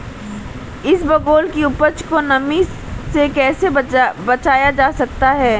इसबगोल की उपज को नमी से कैसे बचाया जा सकता है?